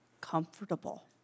comfortable